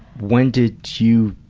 when did you.